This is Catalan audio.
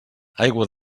aigua